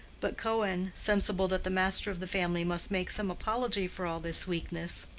but cohen, sensible that the master of the family must make some apology for all this weakness,